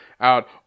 out